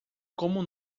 como